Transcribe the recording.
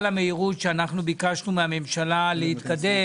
המהירות שאנחנו ביקשנו מהממשלה להתקדם,